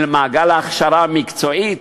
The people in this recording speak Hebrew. אל מעגל ההכשרה המקצועית,